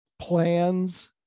plans